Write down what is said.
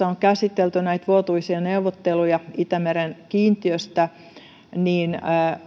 on käsitelty näitä vuotuisia neuvotteluja itämeren kiintiöistä